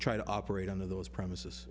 try to operate under those premises